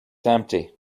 empty